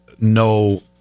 no